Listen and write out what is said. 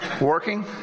working